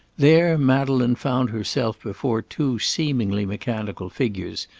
there madeleine found herself before two seemingly mechanical figures,